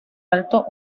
alto